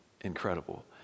incredible